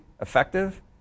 effective